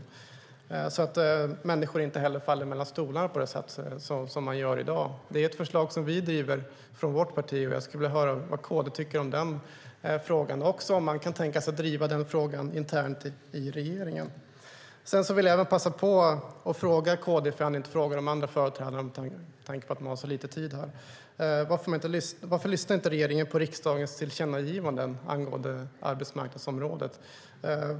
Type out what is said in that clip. Det handlar om att människor inte ska falla mellan stolarna på det sätt som de gör i dag. Det är ett förslag som vi driver från vårt parti. Jag skulle vilja höra vad KD tycker om den frågan och också om man kan tänka sig att driva den frågan internt i regeringen. Jag vill även passa på att fråga KD om en annan sak - jag hann inte fråga de andra företrädarna, eftersom man har så lite tid. Varför lyssnar inte regeringen på riksdagens tillkännagivanden angående arbetsmarknadsområdet?